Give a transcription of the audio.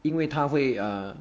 因为他会 err